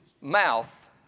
mouth